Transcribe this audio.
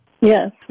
Yes